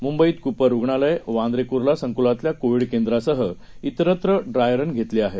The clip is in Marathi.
मुंबईत कूपर रुग्णालय वांद्रे कुर्ला संकुलातल्या कोविड केंद्रासह त्विस्त्र ड्राय रन घेतली गेली